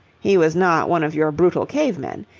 he was not one of your brutal cave-men.